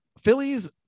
Phillies